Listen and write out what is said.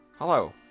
Hello